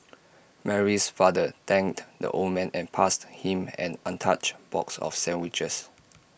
Mary's father thanked the old man and passed him an untouched box of sandwiches